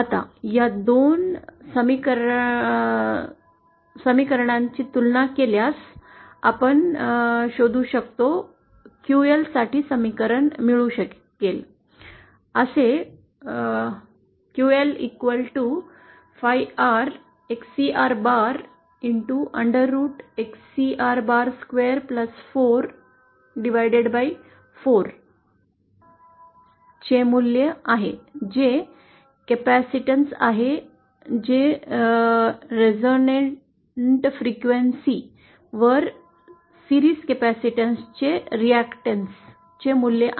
आता या 2 समीकरांची तुलना केल्यास आपण शोधू शकतो QL साठी समीकरण मिळू शकेल असे Xcr bar हे Xc चे मूल्य आहे जे कॅपसिटन्स आहे जे रेझोनंट फ्रिक्वेन्सी वर मालिकेच्या कॅपेसिटन्स चे रिएक्टन्स चे मूल्य आहे